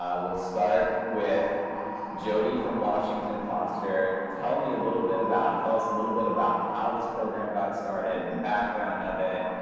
um we'll start with jodey from washington foster. tell me a little bit about, tell us a little bit about how this program got started, the background of it,